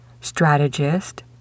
strategist